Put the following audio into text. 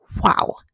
Wow